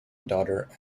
daughter